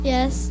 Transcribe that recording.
Yes